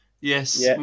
yes